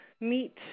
meet